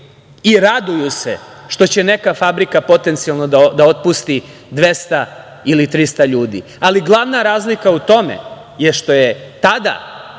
i raduju se što će neka fabrika potencijalno da otpusti 200 ili 300 ljudi, ali glavna razlika u tome je što je tada